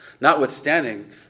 notwithstanding